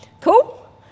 Cool